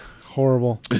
horrible